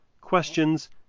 questions